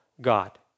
God